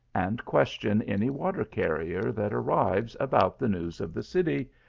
and question any water-carrier that arrives, about the news of the city,